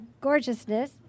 gorgeousness